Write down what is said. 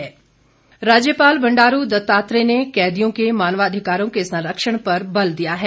राज्यपाल राज्यपाल बंडारू दत्तात्रेय ने कैदियों के मानवाधिकारों के संरक्षण पर बल दिया है